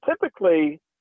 typically